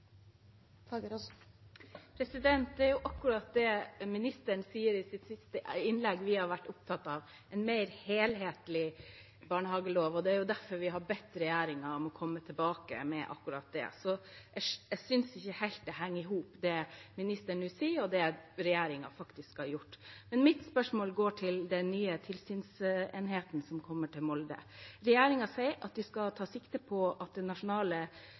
jo akkurat det ministeren sier i sitt siste innlegg, vi har vært opptatt av: en mer helhetlig barnehagelov. Det er derfor vi har bedt regjeringen om å komme tilbake med akkurat det. Så jeg synes ikke det henger helt i hop det ministeren nå sier, og det som regjeringen faktisk har gjort. Mitt spørsmål går på den nye tilsynsenheten som kommer til Molde: Regjeringen sier at de tar sikte på at det nasjonale